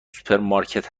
سوپرمارکت